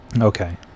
Okay